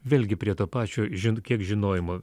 vėlgi prie to pačio žin kiek žinojimo